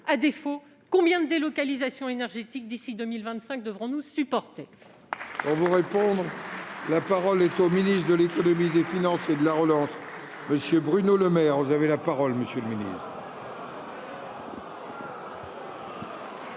À défaut, combien de délocalisations énergétiques d'ici à 2025 devrons-nous supporter ?